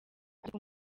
ariko